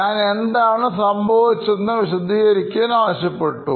ഞാൻ എന്താണ് സംഭവിച്ചതെന്ന് വിശദീകരിക്കാൻ ആവശ്യപ്പെട്ടു